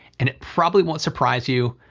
and it probably won't surprise you,